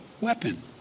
weapon